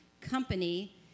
company